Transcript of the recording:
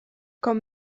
com